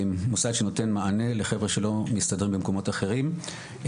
מוסד שנותן מענה לחבר'ה שלא מסתדרים במקומות אחרים,